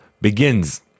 begins